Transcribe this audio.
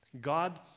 God